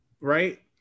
right